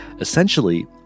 essentially